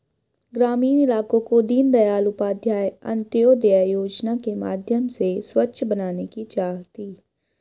ग्रामीण इलाकों को दीनदयाल उपाध्याय अंत्योदय योजना के माध्यम से स्वच्छ बनाने की चाह थी